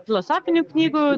filosofinių knygų